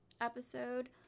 episode